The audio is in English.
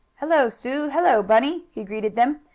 hello, sue! hello, bunny! he greeted them.